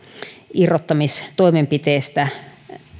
irrottamistoimenpiteestä